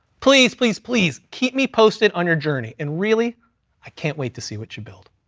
please, please, please keep me posted on your journey, and really i can't wait to see what you build.